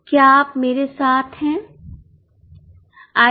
क्या आप मेरे साथ है